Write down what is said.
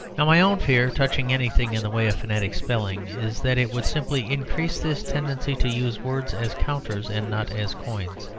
now my own fear touching anything in the way of phonetic spelling is that it would simply increase this tendency to use words as counters and not as coins.